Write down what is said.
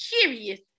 curious